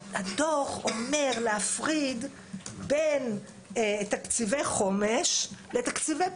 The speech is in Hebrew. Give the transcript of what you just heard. הדו"ח אומר להפריד בין תקציבי חומש לתקציבי פיתוח.